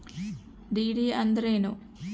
DD ಅಂದ್ರೇನು?